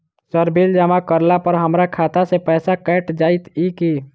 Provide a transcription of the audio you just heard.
Sir bill जमा करला पर हमरा खाता सऽ पैसा कैट जाइत ई की?